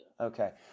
Okay